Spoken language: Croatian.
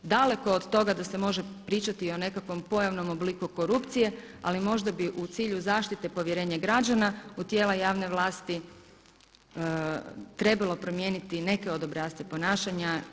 Daleko od toga da se može pričati i o nekakvom pojavnom obliku korupcije, ali možda bi u cilju zaštite povjerenja građana u tijela javne vlasti trebalo promijeniti i neke od obrasca ponašanja.